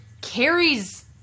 Carrie's